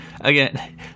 Again